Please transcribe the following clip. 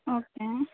okay